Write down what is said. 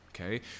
okay